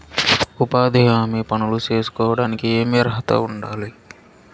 ఉపాధి హామీ పనులు సేసుకోవడానికి ఏమి అర్హత ఉండాలి?